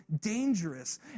dangerous